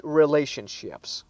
relationships